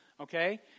Okay